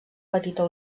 petita